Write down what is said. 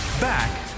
Back